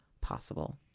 possible